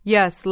Yes